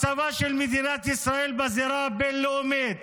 מצבה של מדינת ישראל בזירה הבין-לאומית